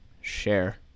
share